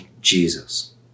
Jesus